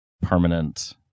Permanent